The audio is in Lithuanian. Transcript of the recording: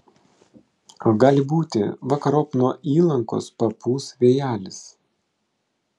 gali būti vakarop nuo įlankos papūs vėjelis